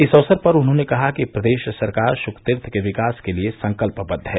इस अवसर पर उन्होंने कहा कि प्रदेश सरकार शुकतीर्थ के विकास के लिये संकल्पबद्व है